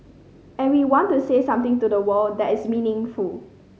and we want to say something to the world that is meaningful